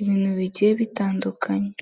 ibintu bigiye bitandukanye.